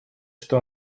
что